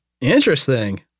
Interesting